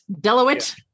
Deloitte